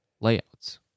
layouts